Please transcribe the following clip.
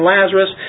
Lazarus